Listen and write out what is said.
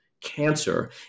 cancer